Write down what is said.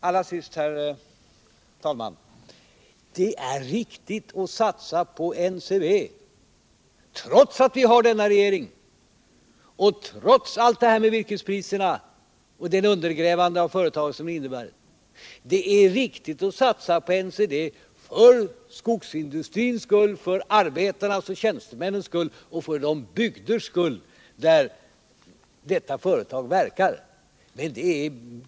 Allra sist, herr talman: Det är riktigt att satsa på NCB, trots att vi har den regering vi har och trots allt det här med virkespriserna och det undergrävande av företagen som det har inneburit. Det är riktigt att satsa på NCB för skogsindustrins skull, för arbetarnas och tjänstemännens skull och för de bygders skull där detta företag verkar.